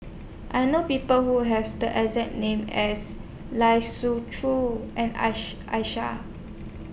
I know People Who Have The exact name as Lai Siu Chiu and Aisyah